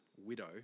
widow